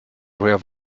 woher